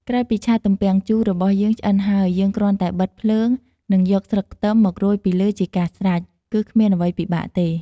ក្រោយពីឆាទំពាំងជូររបស់យើងឆ្អិនហើយ យើងគ្រាន់តែបិទភ្លើង និងយកស្លឹកខ្ទឹមមករោយពីលើជាការស្រេច គឺគ្មានអ្វីពិបាកទេ។